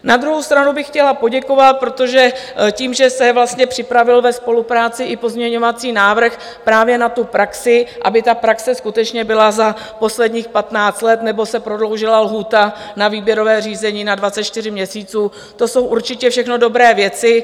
Na druhou stranu bych chtěla poděkovat, protože tím, že se vlastně připravil ve spolupráci i pozměňovací návrh právě na tu praxi, aby praxe skutečně byla za posledních patnáct let, nebo se prodloužila lhůta na výběrové řízení na 24 měsíců, to jsou určitě všechno dobré věci.